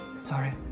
Sorry